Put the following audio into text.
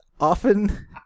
Often